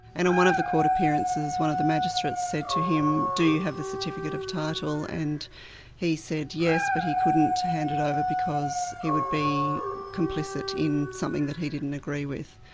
and on one of the court appearances, one of the magistrates said to him, do you have the certificate of title? and he said, yes, but he couldn't hand it over because he would be complicit in something that he didn't agree with.